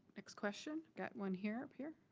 next question? got one here, up here.